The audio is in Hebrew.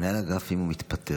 מנהל אגף, אם הוא מתפטר?